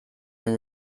and